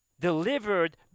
delivered